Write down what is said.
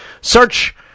Search